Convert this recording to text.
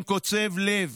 עם קוצב לב.